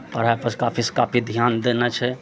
पढ़ाइपर काफी से काफी ध्यान देने छै